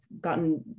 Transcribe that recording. gotten